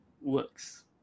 works